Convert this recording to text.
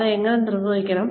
അവ എങ്ങനെ നിർവഹിക്കണം